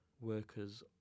workers